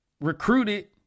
recruited